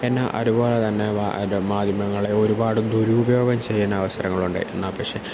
എന്ന അതുപോലെത്തന്നെ മാധ്യമങ്ങളെ ഒരുപാട് ദുരുപയോഗം ചെയ്യുന്ന അവസരങ്ങളുണ്ട് എന്നാൽ പക്ഷേ